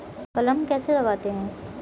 कलम कैसे लगाते हैं?